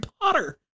Potter